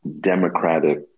democratic